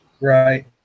right